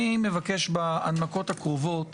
אני מבקש בהנמקות הקרובות